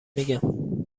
میگم